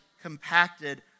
compacted